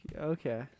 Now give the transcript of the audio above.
Okay